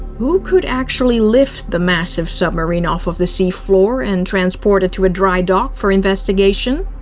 who could actually lift the massive submarine off off the seafloor and transport it to a dry dock for investigation?